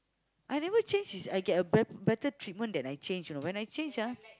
I never change is I get a better better treatment then I change you know when I change ah